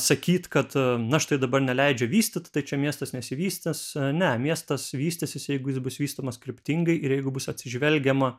sakyt kad na štai dabar neleidžia vystyt tai čia miestas nesivystys ne miestas vystysis jeigu jis bus vystomas kryptingai ir jeigu bus atsižvelgiama